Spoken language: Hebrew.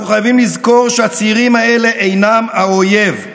אנחנו חייבים לזכור שהצעירים האלה אינם האויב,